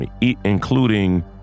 including